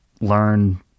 learn